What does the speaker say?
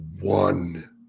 one